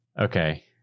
Okay